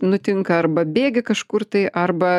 nutinka arba bėgi kažkur tai arba